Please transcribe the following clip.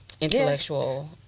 intellectual